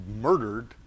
murdered